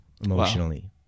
emotionally